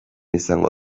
izango